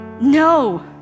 No